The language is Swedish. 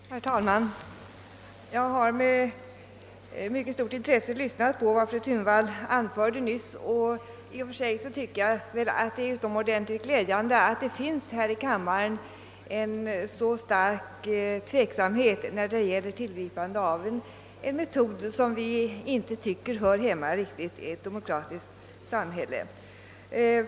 Herr talman! Jag lyssnade med mycket stort intresse på vad fru Thunvall anförde nyss. I och för sig anser jag att det är utomordentligt glädjande att här i kammaren finns en så stark tveksamhet när det gäller tillgripande av en metod, som vi inte tycker riktigt hör hemma i ett demokratiskt samhälle.